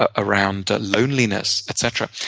ah around loneliness, etc.